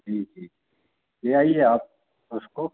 जी जी जी ले आइए आप उसको